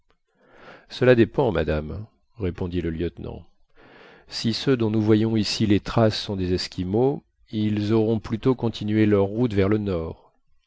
cela dépend madame répondit le lieutenant si ceux dont nous voyons ici les traces sont des esquimaux ils auront plutôt continué leur route vers le nord